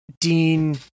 Dean